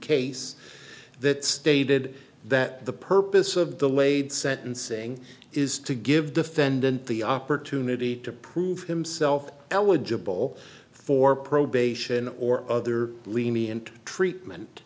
case that stated that the purpose of the laid sentencing is to give defendant the opportunity to prove himself eligible for probation or other lenient treatment